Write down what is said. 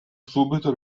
subito